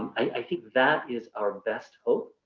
i think that is our best hope.